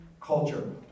culture